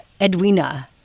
Edwina